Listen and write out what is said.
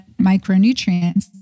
micronutrients